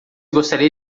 gostaria